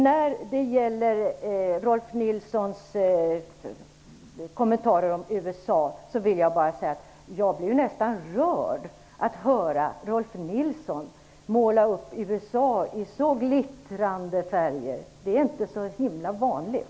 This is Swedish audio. När det gäller Rolf L Nilsons kommentarer om USA blev jag nästan rörd av att höra honom måla upp USA i så glittrande färger. Det är inte så himla vanligt.